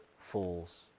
falls